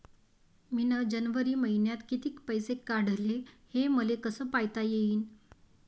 मिन जनवरी मईन्यात कितीक पैसे काढले, हे मले कस पायता येईन?